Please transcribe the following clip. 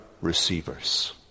receivers